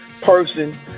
person